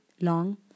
long